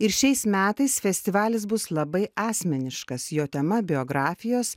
ir šiais metais festivalis bus labai asmeniškas jo tema biografijos